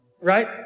Right